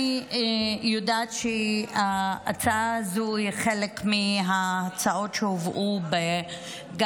אני יודעת שההצעה הזאת היא חלק מההצעות שהובאו גם